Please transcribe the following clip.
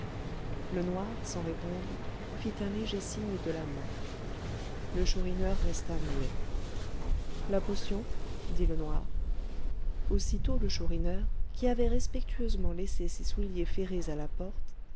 le noir sans répondre fit un léger signe de la main le chourineur resta muet la potion dit le noir aussitôt le chourineur qui avait respectueusement laissé ses souliers ferrés à la porte